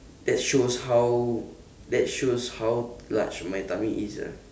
that shows how that shows how large my tummy is ah